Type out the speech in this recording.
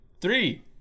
Three